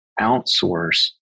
outsource